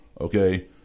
Okay